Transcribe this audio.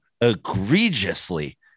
egregiously